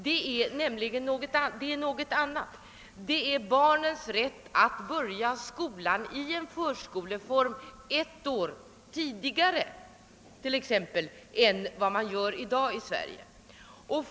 Vad vi velat föra fram är något annat, nämligen barnens rätt att börja skolan i form av förskola t.ex. ett år tidigare än vad som i dag är fallet i Sverige.